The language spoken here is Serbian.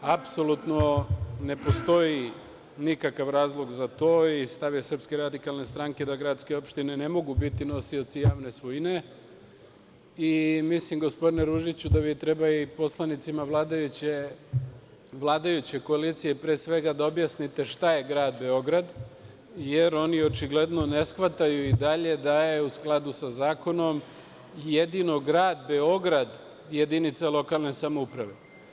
Apsolutno ne postoji nikakav razlog za to i stav je SRS da gradske opštine ne mogu bit nosioci javne svojine i mislim, gospodine Ružiću da vi treba i poslanicima vladajuće koalicije, pre svega, da objasnite šta je grad Beograd, jer oni očigledno ne shvataju i dalje da je u skladu sa zakonom jedino grad Beograd jedinica lokalne samouprave.